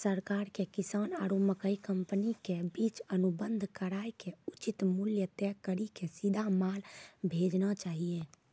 सरकार के किसान आरु मकई कंपनी के बीच अनुबंध कराय के उचित मूल्य तय कड़ी के सीधा माल भेजना चाहिए?